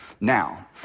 now